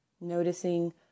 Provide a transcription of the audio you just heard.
Noticing